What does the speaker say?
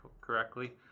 correctly